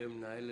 למנהלת.